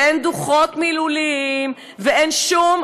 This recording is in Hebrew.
אין דוחות מילוליים ואין שום,